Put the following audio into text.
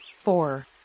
four